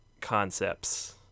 concepts